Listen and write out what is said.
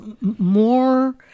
more